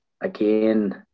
again